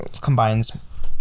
combines